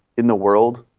in the world,